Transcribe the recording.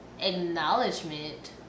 acknowledgement